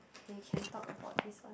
okay can talk about this one